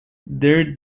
their